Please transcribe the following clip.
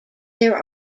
their